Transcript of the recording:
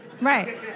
Right